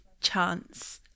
chance